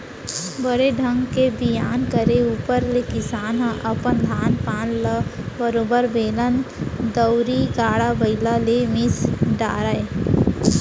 बने ढंग के बियान करे ऊपर ले किसान ह अपन धान पान ल बरोबर बेलन दउंरी, गाड़ा बइला ले मिस डारय